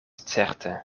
certe